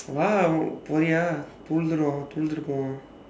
!wow! போறீயா புகுந்துடுவோம் புகுந்திருப்போம்:pooriiyaa pukundthuduvoom pukundthiruppoom